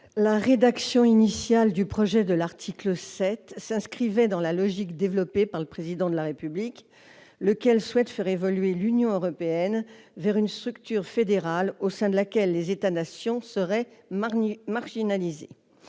La rédaction initiale de l'article 7 s'inscrivait dans la logique développée par le Président de la République, lequel souhaite faire évoluer l'Union européenne vers une structure fédérale au sein de laquelle les États-nations seraient marginalisés.